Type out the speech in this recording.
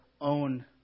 own